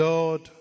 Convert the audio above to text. Lord